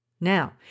Now